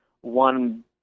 one